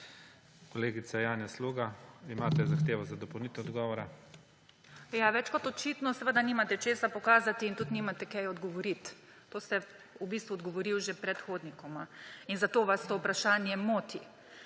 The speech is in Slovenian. Kolegica Janja Sluga, imate zahtevo za dopolnitev odgovora. **JANJA SLUGA (PS NP):** Ja, več kot očitno seveda nimate česa pokazati in tudi nimate kaj odgovoriti, to ste v bistvu odgovoril že predhodnikoma in zato vas to vprašanje moti.